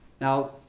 Now